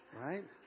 Right